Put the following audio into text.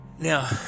Now